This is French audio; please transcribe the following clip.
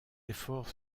efforts